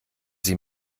sie